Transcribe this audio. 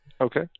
Okay